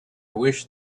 wish